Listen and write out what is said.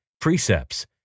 precepts